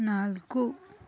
ನಾಲ್ಕು